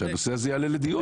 שהנושא הזה יעלה לדיון.